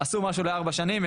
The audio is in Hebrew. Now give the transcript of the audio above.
עשו משהו לארבע שנים,